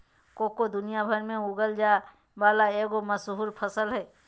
cocoa दुनिया भर में उगाल जाय वला एगो मशहूर फसल हइ